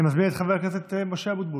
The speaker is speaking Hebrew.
אני מזמין את חבר הכנסת משה אבוטבול,